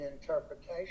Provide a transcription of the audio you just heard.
interpretation